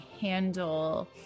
handle